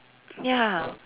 ya